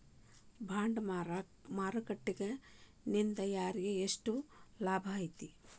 Bond market ನಿಂದಾ ಯಾರಿಗ್ಯೆಷ್ಟ್ ಲಾಭೈತಿ?